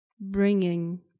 bringing